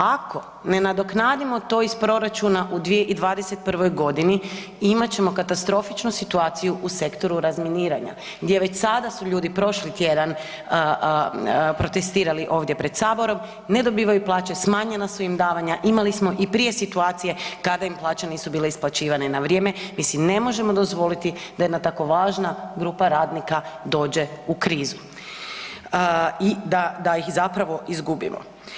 Ako ne nadoknadimo to iz proračuna u 2021.g. imat ćemo katastrofičnu situaciju u sektoru razminiranja gdje već sada su ljudi prošli tjedan protestirali ovdje pred saborom, ne dobivaju plaće, smanjena su im davanja, imali smo i prije situacije kada im plaće nisu bile isplaćivane na vrijeme mi si ne možemo dozvoliti da jedna tako važna grupa radnika dođe u krizu i da ih zapravo izgubimo.